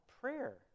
prayer